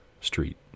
street